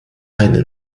eine